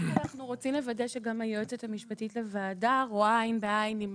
רק אנחנו רוצים לוודא שגם היועצת המשפטית לוועדה רואה עין בעין עם